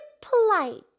polite